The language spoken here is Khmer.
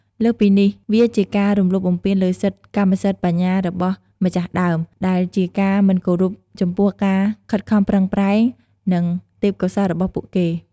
លើសពីនេះ វាជាការរំលោភបំពានលើសិទ្ធិកម្មសិទ្ធិបញ្ញារបស់ម្ចាស់ដើម ដែលជាការមិនគោរពចំពោះការខិតខំប្រឹងប្រែង និងទេពកោសល្យរបស់ពួកគេ។